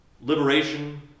liberation